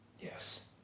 Yes